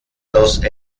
los